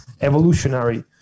evolutionary